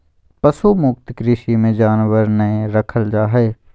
पशु मुक्त कृषि मे जानवर नय रखल जा हय